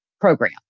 program